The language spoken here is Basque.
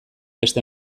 beste